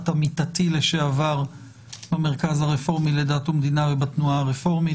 עמיתתי לשעבר מהמרכז הרפורמי לדת ומדינה ובתנועה הרפורמית,